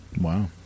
Wow